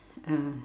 ah